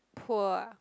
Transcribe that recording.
poor ah